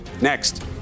Next